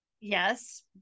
yes